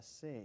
see